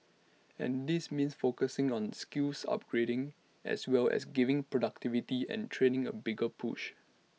and this means focusing on skills upgrading as well as giving productivity and training A bigger push